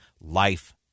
life